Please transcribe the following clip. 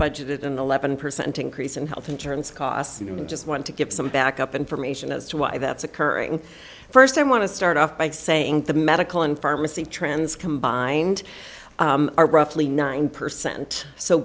budgeted an eleven percent increase in health insurance costs and we just want to get some back up information as to why that's occurring first i want to start off by saying the medical and pharmacy trends combined are roughly nine percent so